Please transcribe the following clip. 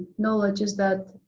knowledge is that